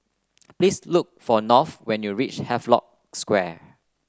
please look for North when you reach Havelock Square